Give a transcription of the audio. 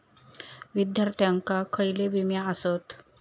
विद्यार्थ्यांका खयले विमे आसत?